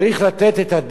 באופן כללי,